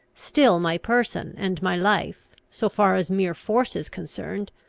still my person and my life, so far as mere force is concerned,